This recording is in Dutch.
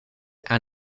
aan